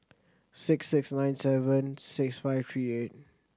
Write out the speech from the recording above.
six six nine seven six five three eight